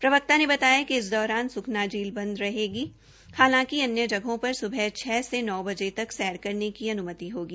प्रवक्ता ने बताया कि इस दौरान स्खना झील बंद रहेगी हालांकि अन्य जगहों पर स्बह छ बजे से रात नौ बजे तक सैर करने की अन्मति होगी